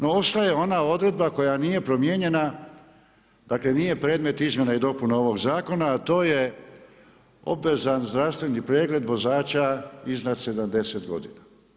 No, ostaje ona odredba koja nije promijenjena, dakle nije predmet izmjena i dopuna ovog zakona, a to je obvezan zdravstveni pregled vozača iznad 70 godina.